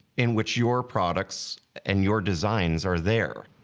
in which your products and your designs are there.